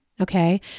Okay